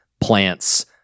plants